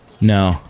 No